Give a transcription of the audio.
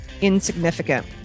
insignificant